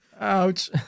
Ouch